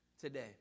today